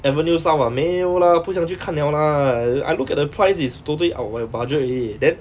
avenue south ah 没有 lah 不想去看 liao lah I I looked at the price it's totally out of my budget already then